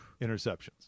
interceptions